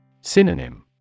Synonym